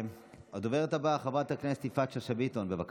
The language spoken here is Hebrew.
הדוברת הבאה חברת הכנסת יפעת שאשא ביטון, בבקשה.